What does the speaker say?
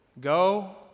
Go